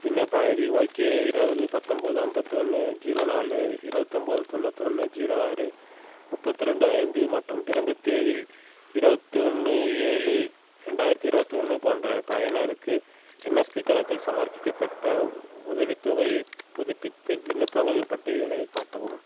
விண்ணப்ப ID YK இருவது பத்தொன்பது அம்பத்தொன்று ஜீரோ நாலு இருபத்தொன்பது தொண்ணூற்றி தொன்று ஜீரோ ஆறு முப்பத்திரெண்டு ஐந்து மற்றும் பிறந்த தேதி இருவத்தொன்று ஏழு ரெண்டாயிரத்து இருவத்தொன்று கொண்ட பயனருக்கு என்எஸ்பி தளத்தில் சமர்ப்பிக்கப்பட்ட உதவித்தொகைப் புதுப்பிப்பு விண்ணப்பங்களின் பட்டியலைக் காட்டவும்